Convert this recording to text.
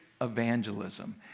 Evangelism